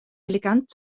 elegant